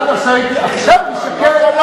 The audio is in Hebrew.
עכשיו אני שקט.